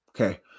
Okay